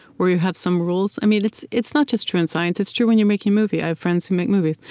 where you have some rules. i mean it's it's not just true in science, it's true when you're making a movie. i have friends who make movies.